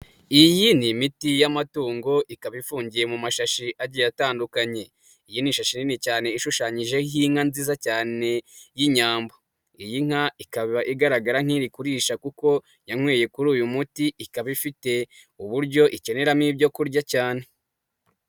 Iyi ni imiti y'amatungo ikaba ifungiye mu mashashi agiye atandukanye. Iyi ni ishusho nini cyane ishushanyije n'inka nziza cyane y'inyambo. Iyi nka ikaba igaragara nk'iri kurisha kuko yanyweye kuri uyu muti ikaba ifite uburyo ikeneramo ibyo kurya cyane.